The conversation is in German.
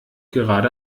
gerade